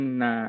na